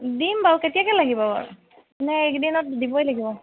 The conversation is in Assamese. দিম বাৰু কেতিয়াকৈ লাগিব নে এইকেইদিনত দিবই লাগিব